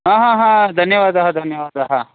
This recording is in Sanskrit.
ह हा हा धन्यवादः धन्यवादः